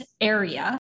area